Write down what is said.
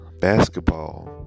Basketball